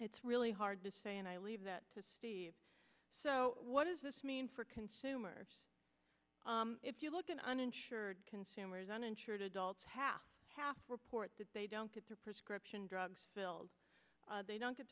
it's really hard to say and i leave that to steve so what does this mean for consumers if you look at uninsured consumers uninsured adults half half report that they don't get their prescription drugs filled they don't get